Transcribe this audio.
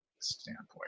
Standpoint